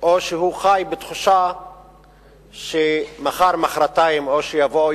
או שהוא חי בתחושה שמחר-מחרתיים או שיבואו